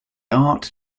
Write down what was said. art